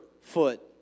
foot